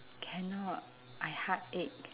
cannot I heartache